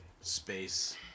space